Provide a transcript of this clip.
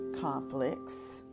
conflicts